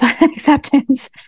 acceptance